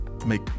make